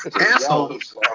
assholes